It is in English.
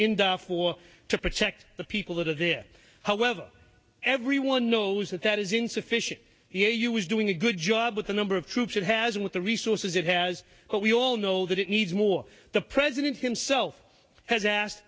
darfur to protect the people that are there however everyone knows that that is insufficient here you was doing a good job with a number of troops it has been with the resources it has but we all know that it needs more the president himself has asked